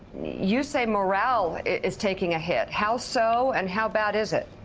you say morale is taking a hit. how so and how bad is it?